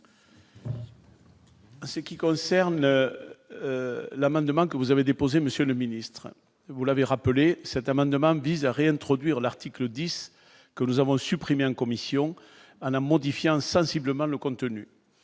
Ce qui concerne l'amendement que vous avez déposé Monsieur le ministre, vous l'avez rappelé cet amendement vise à réintroduire l'article 10 que nous avons supprimé en commission Alain modifiant sensiblement le contenu,